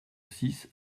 six